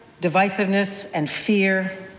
divisiveness and fear.